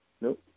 Nope